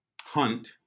hunt